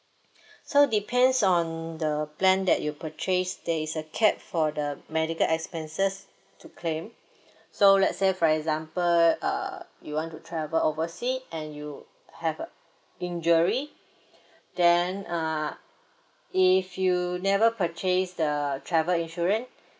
so depends on the plan that you purchase there is a cap for the medical expenses to claim so let's say for example uh you want to travel oversea and you have a injury then uh if you never purchase the travel insurance